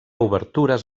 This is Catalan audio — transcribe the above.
obertures